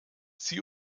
sie